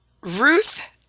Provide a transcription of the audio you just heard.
Ruth